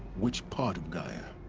which part of gaia?